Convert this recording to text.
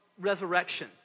resurrection